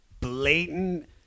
blatant